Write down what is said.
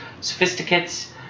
sophisticates